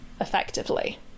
effectively